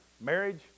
marriage